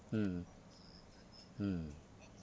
mm mm